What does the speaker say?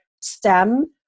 STEM